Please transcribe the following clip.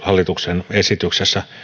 hallituksen esityksessä